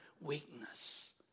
weakness